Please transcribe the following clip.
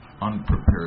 unprepared